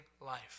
life